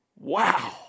Wow